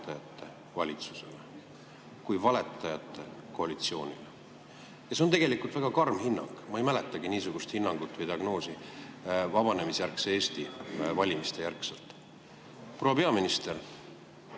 valetajate valitsusele, kui valetajate koalitsioonile. Ja see on tegelikult väga karm hinnang. Ma ei mäletagi niisugust hinnangut või diagnoosi pärast valimisi vabanemisjärgses Eestis. Proua peaminister,